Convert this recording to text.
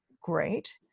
great